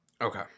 Okay